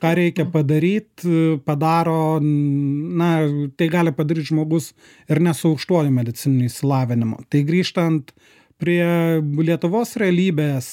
ką reikia padaryt padaro na tai gali padaryt žmogus ir ne su aukštuoju medicininiu išsilavinimu tai grįžtant prie lietuvos realybės